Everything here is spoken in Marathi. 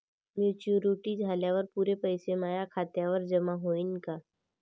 मॅच्युरिटी झाल्यावर पुरे पैसे माया खात्यावर जमा होईन का?